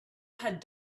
had